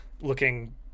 looking